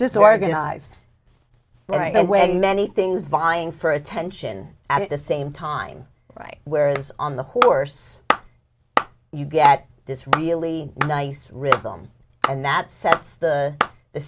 disorganized right away many things vying for attention at the same time right where it's on the horse you get this really nice rhythm and that sets the